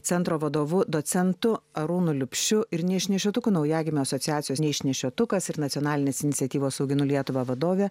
centro vadovu doc arūno liubšio ir neišnešiotų naujagimių asociacijos neišnešiotumas ir nacionalinės iniciatyvos auginu lietuvą vadovė